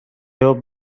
hope